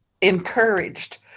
encouraged